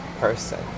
person